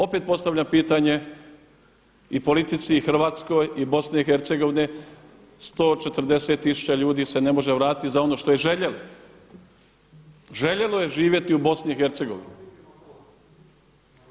Opet postavljam pitanje i politici i Hrvatskoj i BiH-a 140 tisuća ljudi se ne može vratiti za ono što je željelo, željelo je živjeti u BiH-a.